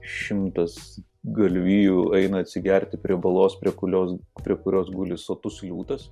šimtas galvijų eina atsigerti prie balos prie kulios prie kurios guli sotus liūtas